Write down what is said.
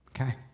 okay